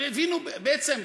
הבינו בעצם.